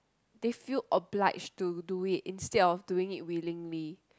they feel obliged to do it instead of do it willingly